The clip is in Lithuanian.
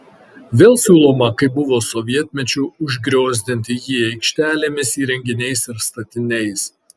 vėl siūloma kaip buvo sovietmečiu užgriozdinti jį aikštelėmis įrenginiais ir statiniais